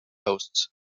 hosts